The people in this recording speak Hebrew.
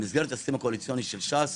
במסגרת ההסכם הקואליציוני של ש"ס,